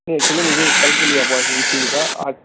نہیں ایکچولی مجھے کل کے لیے اپائنمنٹ چاہیے تھا آج